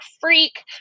freak